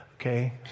okay